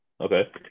okay